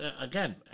Again